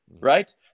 right